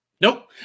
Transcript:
nope